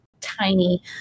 tiny